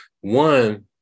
One